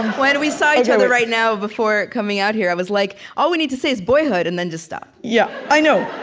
when we saw each other right now, before coming out here, i was like, all we need to say is, boyhood and then, just stop. yeah i know.